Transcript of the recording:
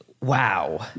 wow